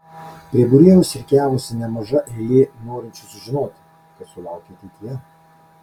prie būrėjos rikiavosi nemaža eilė norinčių sužinoti kas jų laukia ateityje